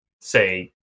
say